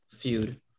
feud